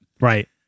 Right